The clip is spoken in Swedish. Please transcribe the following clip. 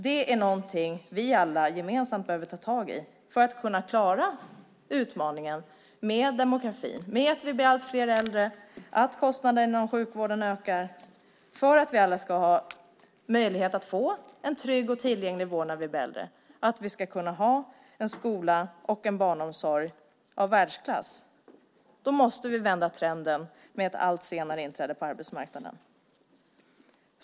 Det är någonting som vi alla gemensamt behöver ta tag i för att kunna klara utmaningen med demografin, att vi blir alltfler äldre, att kostnaderna inom sjukvården ökar, för att vi alla ska ha möjlighet att få en trygg och tillgänglig vård när vi blir äldre och för att vi ska kunna ha en skola och en barnomsorg av världsklass. Då måste vi vända trenden med ett allt senare inträde på arbetsmarknaden.